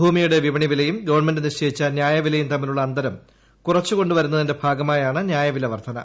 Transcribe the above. ഭൂമിയുടെ വിപണി വിലയും ഗവൺമെന്റ് നിശ്ചയിച്ച ന്യായവിലയും തമ്മിലുള്ള അന്തരം കുറച്ചുകൊണ്ടുവരുന്നതിന്റെ ഭാഗമായാണ് ന്യായവില വർധന